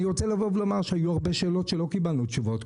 אני רוצה לומר שהיו הרבה שאלות שלא קיבלנו תשובות עליהן,